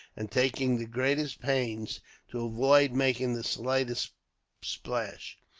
and taking the greatest pains to avoid making the slightest splash.